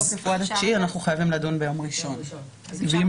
אז תן